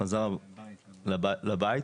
אדוני היושב-ראש,